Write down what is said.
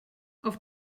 auf